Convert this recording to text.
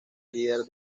líder